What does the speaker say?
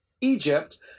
Egypt